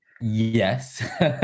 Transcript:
Yes